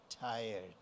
tired